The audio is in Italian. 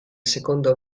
secondo